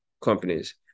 companies